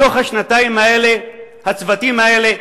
בתוך השנתיים האלה הצוותים האלה,